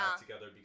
together